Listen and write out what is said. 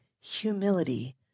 humility